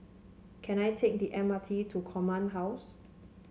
can I take the M R T to Command House